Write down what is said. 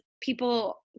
people